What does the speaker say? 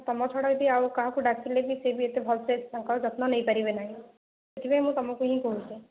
ତୁମ ଛଡ଼ା ଏଇଠି ଆଉ କାହାକୁ ଡାକିଲେ ବି ସେ ବି ଏତେ ଭଲସେ ତାଙ୍କର ଯତ୍ନ ନେଇ ପାରିବେନାହିଁ ସେଥିପାଇଁ ମୁଁ ତୁମକୁ ହିଁ କହୁଛି